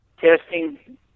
testing